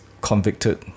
convicted